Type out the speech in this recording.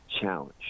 challenge